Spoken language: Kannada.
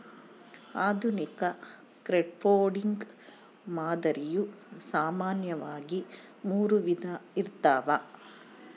ಆಧುನಿಕ ಕ್ರೌಡ್ಫಂಡಿಂಗ್ ಮಾದರಿಯು ಸಾಮಾನ್ಯವಾಗಿ ಮೂರು ವಿಧ ಇರ್ತವ